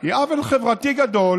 הוא עוול חברתי גדול